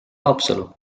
haapsalu